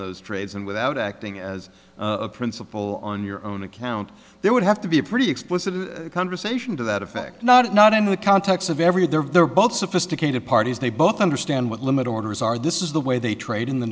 those trades and without acting as a principal on your own account there would have to be a pretty explicit conversation to that effect not not in the context of every they're both sophisticated parties they both understand what limit orders are this is the way they trade in the